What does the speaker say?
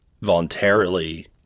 voluntarily